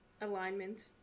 alignment